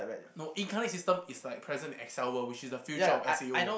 no incarnate system is like present in Excel World which is like future of S_A_O